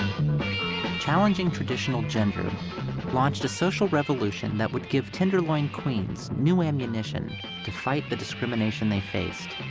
challenging traditional gender launched a social revolution that would give tenderloin queens new ammunition to fight the discrimination they faced